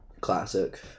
Classic